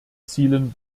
zielen